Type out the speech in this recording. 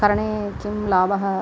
करणे कः लाभः